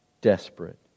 Desperate